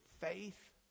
faith